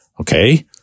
Okay